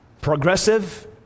progressive